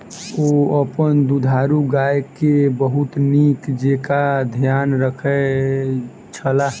ओ अपन दुधारू गाय के बहुत नीक जेँका ध्यान रखै छला